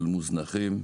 מוזנחים,